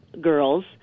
girls